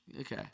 Okay